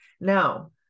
now